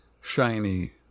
shiny